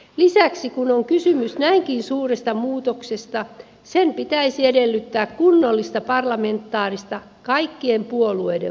lisäksi kun on kysymys näinkin suuresta muutoksesta sen pitäisi edellyttää kunnollista parlamentaarista kaikkien puolueiden valmistelua